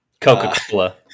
Coca-Cola